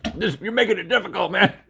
you're making it it difficult, man.